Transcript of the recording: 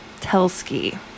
Telski